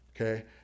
okay